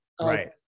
Right